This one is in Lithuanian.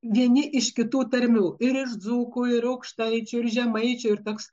vieni iš kitų tarmių ir iš dzūkų ir aukštaičių ir žemaičių ir toks